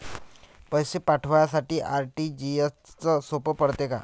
पैसे पाठवासाठी आर.टी.जी.एसचं सोप पडते का?